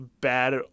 bad